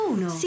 Uno